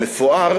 המפואר,